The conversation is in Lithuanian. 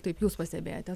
taip jūs pastebėjote